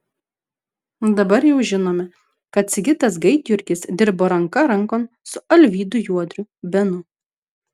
dabar jau žinome kad sigitas gaidjurgis dirbo ranka rankon su alvydu juodriu benu